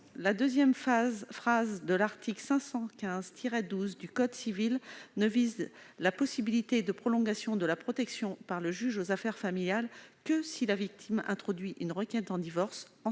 la deuxième phrase de l'article 515-12 du code civil ne vise la possibilité de prolongation de l'ordonnance de protection par le juge aux affaires familiales que si la victime introduit une requête en divorce, en